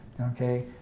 Okay